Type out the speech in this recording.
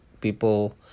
people